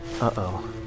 Uh-oh